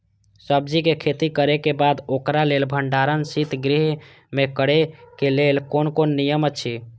सब्जीके खेती करे के बाद ओकरा लेल भण्डार शित गृह में करे के लेल कोन कोन नियम अछि?